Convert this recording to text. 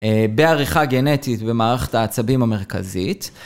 בעריכה גנטית במערכת העצבים המרכזית.